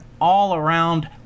all-around